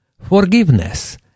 forgiveness